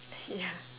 ya